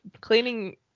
cleaning